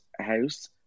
house